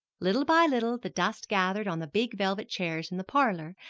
little by little the dust gathered on the big velvet chairs in the parlor,